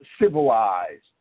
civilized